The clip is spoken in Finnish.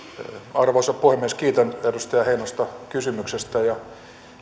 arvoisa puhemies kiitän edustaja heinosta kysymyksestä ja